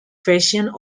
versions